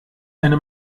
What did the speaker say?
eine